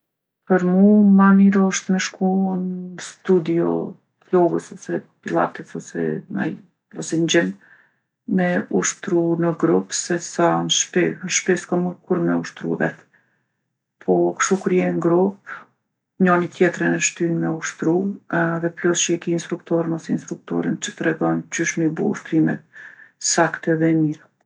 Për mu ma mirë osht me shku n'studio t'jogës ose pillates ose naj, ose n'gjim me ushtru në grup sesa n'shpi. N'shpi s'kom mujtë kur me ushtru vet. Po kshtu kur je n'grup njoni tjterin e shtyn me ushtru edhe plus që ki instruktor mas instruktori që t'tregon qysh mi bo ushtrimet saktë edhe mirë.